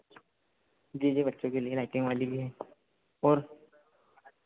जी जी बच्चों के लिए लाइटिंग वाली भी है और